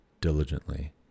diligently